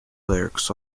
lyrics